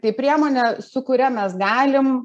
tai priemonė su kuria mes galim